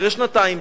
אחרי שנתיים,